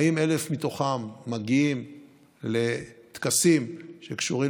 האם 1,000 מתוכם מגיעים לטקסים שקשורים